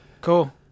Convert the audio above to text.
Cool